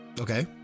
Okay